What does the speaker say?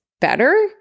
better